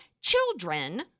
children